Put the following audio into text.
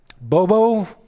Bobo